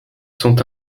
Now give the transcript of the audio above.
sont